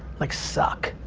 like, suck.